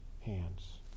hands